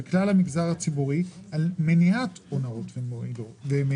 על כלל המגזר הציבורי בנוגע למניעת הונאות ומעילות.